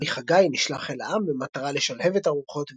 הנביא חגי נשלח אל העם במטרה לשלהב את הרוחות